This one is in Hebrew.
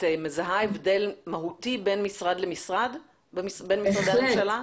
את מזהה הבדל מהותי בין משרד למשרד בין משרדי הממשלה?